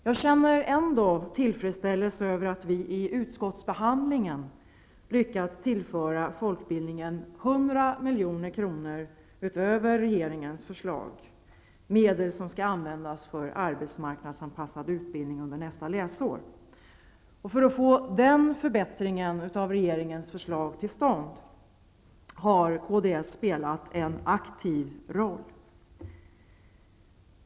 Jag känner ändå tillfredsställelse över att vi vid utskottsbehandlingen har lyckats tillföra folkbildningen 100 milj.kr. utöver regeringens förslag -- medel som skall användas för arbetsmarknadsanpassad utbildning under nästa läsår. För att få den förbättringen av regeringens förslag till stånd har kds spelat en aktiv roll.